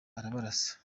arabarasa